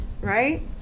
right